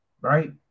right